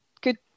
good